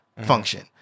function